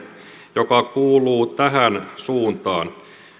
joka kuuluu tähän suuntaan